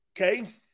Okay